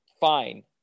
fine